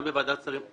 גם בוועדת שרים,